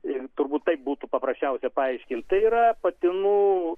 ir turbūt taip būtų paprasčiausia paaiškint tai yra patinų